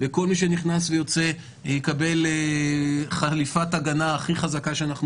וכל מי שנכנס ויוצא יקבל חליפת הגנה הכי חזקה שאנחנו